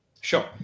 Sure